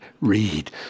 read